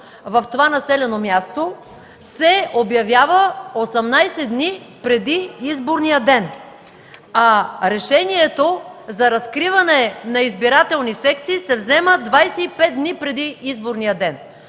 в това населено място, се обявява 18 дни преди изборния ден, а решението за разкриване на избирателни секции се взема 25 дни преди изборния ден,